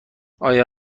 آیا